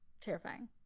terrifying